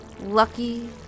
Lucky